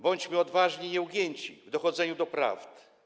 Bądźmy odważni i nieugięci w dochodzeniu do prawd.